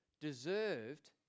deserved